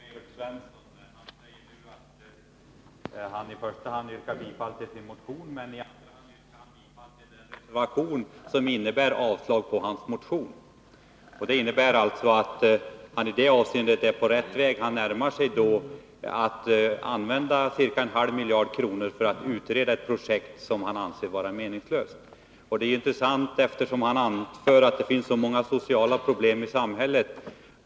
Fru talman! Det var en intressant röstförklaring från Evert Svensson när han säger att han i första hand yrkar bifall till sin motion och i andra hand till den reservation som innebär avslag på hans motion. Detta innebär att han i det avseendet är på rätt väg. Det är ungefär som att använda en halv miljard kronor på att utreda ett projekt som han anser meningslöst. Det är intressant, eftersom han anför att det finns så många sociala problem i samhället.